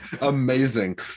Amazing